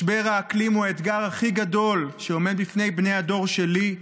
משבר האקלים הוא האתגר הכי גדול שעומד בפני בני הדור שלי.